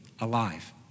alive